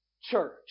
church